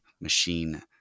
machine